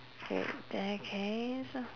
in that case